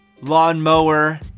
lawnmower